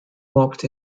walked